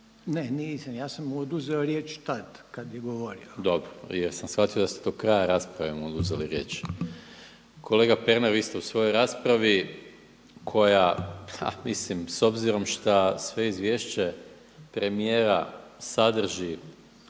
Ne, nisam, ja sam mu oduzeo riječ tada kada je govori. **Maras, Gordan (SDP)** Dobro jer sam shvatio da ste do kraja rasprave mu oduzeli riječ. Kolega Pernar, vi ste u svojoj raspravi koja, a mislim, s obzirom šta sve izvješće premijera sadrži